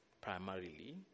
primarily